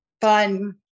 fun